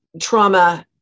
trauma